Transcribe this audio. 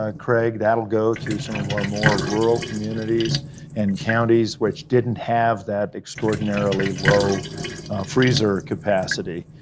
ah craig, that'll go to some of our more rural communities and counties, which didn't have that extraordinarily low freezer capacity,